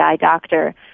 doctor